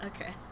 Okay